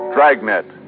Dragnet